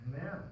Amen